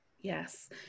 Yes